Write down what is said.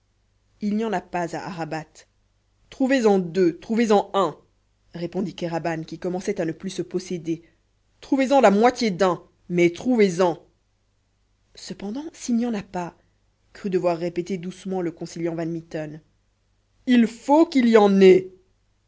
il n'y en a pas à arabat trouvez en deux trouvez en un répondit kéraban qui commençait à ne plus se posséder trouvez en la moitié d'un mais trouvez en cependant s'il n'y en a pas crut devoir répéter doucement le conciliant van mitten il faut qu'il y en ait